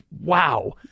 Wow